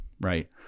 Right